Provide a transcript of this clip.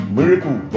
Miracle